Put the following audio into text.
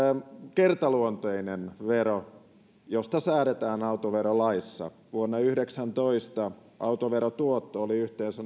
kertaluonteinen vero josta säädetään autoverolaissa vuonna yhdeksäntoista autoveron tuotto oli yhteensä